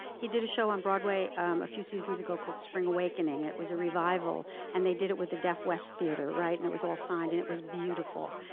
he did a show on broadway a few seasons ago called spring awakening. it was a revival. and they did it with the deaf west theatre, right? and it was all signed, and it was beautiful.